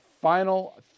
final